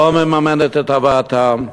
לא מממנת את הבאתם,